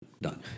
done